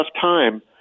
time